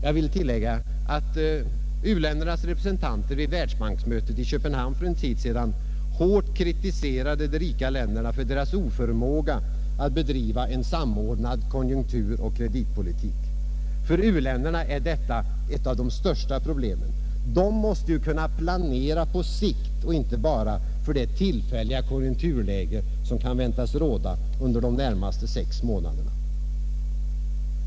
Jag vill tillägga att u-ländernas representanter vid världsbanksmötet i Köpenhamn för en tid sedan hårt kritiserade de rika länderna för deras oförmåga att bedriva en samordnad konjunkturoch kreditpolitik. För u-länderna är detta ett av de största problemen. De måste ju kunna planera på sikt, och inte bara för det tillfälliga konjunkturläge, som kan väntas råda under de närmaste sex månaderna.